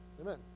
Amen